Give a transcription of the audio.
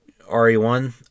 re1